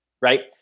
Right